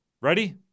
Ready